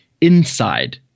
inside